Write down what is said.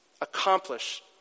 accomplish